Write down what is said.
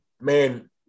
man